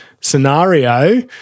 scenario